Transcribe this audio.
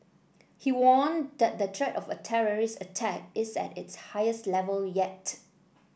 he warned that the threat of a terrorist attack is at its highest level yet